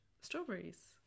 strawberries